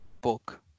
book